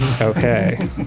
Okay